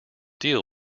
deal